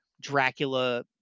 dracula